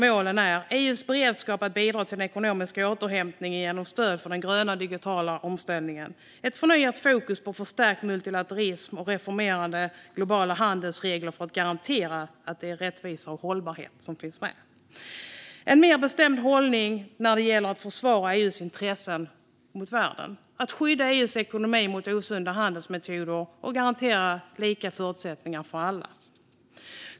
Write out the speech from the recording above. Målen är: EU:s beredskap att bidra till den ekonomiska återhämtningen genom stöd för den gröna digitala omställningen, ett förnyat fokus på förstärkt multilateralism och reformerade globala handelsregler för att garantera att rättvisa och hållbarhet finns med, en mer bestämd hållning när det gäller att försvara EU:s intressen mot världen, att skydda EU:s ekonomi mot osunda handelsmetoder och garantera lika förutsättningar för alla.